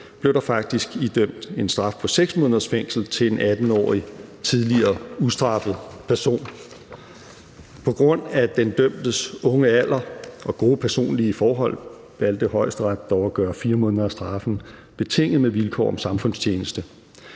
blev der faktisk idømt en straf på 6 måneders fængsel til en 18-årig tidligere ustraffet person. På grund af den dømtes unge alder og gode personlige forhold valgte Højesteret dog at gøre 4 måneder af straffen betinget med vilkår om samfundstjeneste.